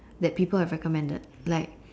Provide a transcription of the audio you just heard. that people have recommended